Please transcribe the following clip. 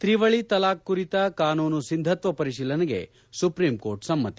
ತ್ರಿವಳಿ ತಲಾಖ್ ಕುರಿತ ಕಾನೂನು ಸಿಂಧುತ್ವ ಪರಿಶೀಲನೆಗೆ ಸುಪ್ರೀಂಕೋರ್ಟ್ ಸಮ್ಹತಿ